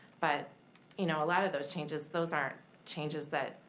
but you know a lot of those changes, those aren't changes that,